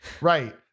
Right